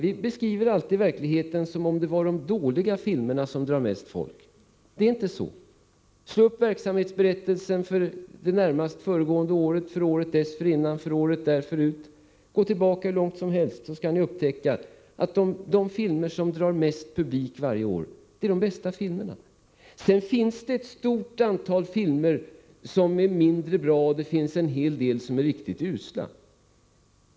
Vi beskriver alltid verkligheten som om de dåliga filmerna drar mest folk. Det är inte så. Slå upp verksamhetsberättelsen för det närmast föregående året eller för året dessförinnan. Gå tillbaka hur långt som helst — man skall då upptäcka att de filmer som drar mest publik varje år är de bästa filmerna. Sedan finns det ett stort antal filmer som är mindre bra och en hel del som är riktigt usla.